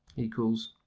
equals